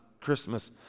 Christmas